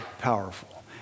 powerful